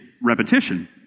repetition